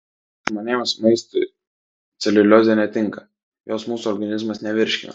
žmonėms maistui celiuliozė netinka jos mūsų organizmas nevirškina